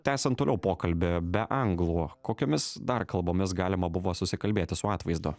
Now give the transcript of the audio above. tęsiant toliau pokalbį be anglų kokiomis dar kalbomis galima buvo susikalbėti su atvaizdu